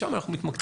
שם אנחנו מתמקדים,